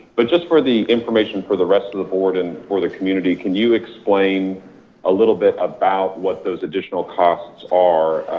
but just for the information for the rest of the board and for the community, can you explain a little bit about what those additional costs are?